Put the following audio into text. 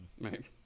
right